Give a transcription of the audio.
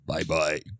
Bye-bye